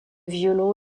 violon